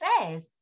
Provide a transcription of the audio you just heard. says